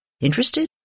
Interested